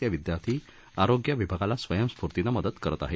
चे विद्यार्थी आरोग्य विभागाला स्वयंफुर्तीनं मदत करत आहेत